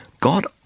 God